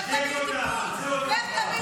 תשתיק אותה, תוציא אותה כבר.